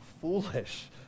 foolish